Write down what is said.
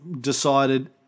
decided